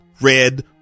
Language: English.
red